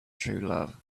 truelove